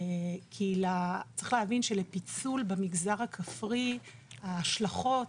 כי צריך להבין שלפיצול במגזר הכפרי ההשלכות,